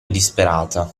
disperata